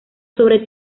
sobre